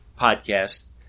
podcast